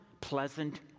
pleasant